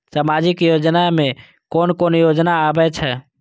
सामाजिक योजना में कोन कोन योजना आबै छै?